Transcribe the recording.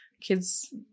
kids